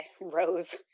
rose